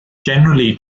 generally